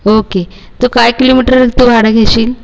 okay तू काय किलोमीटरचं भाडं घेशील